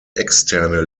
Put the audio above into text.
externe